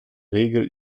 regel